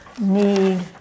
need